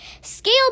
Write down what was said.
Scale